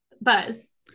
Buzz